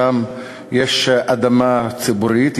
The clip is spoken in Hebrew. שם יש אדמה ציבורית,